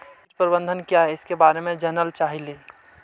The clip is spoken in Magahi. कीट प्रबनदक क्या है ईसके बारे मे जनल चाहेली?